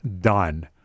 done